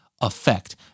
effect